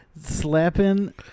slapping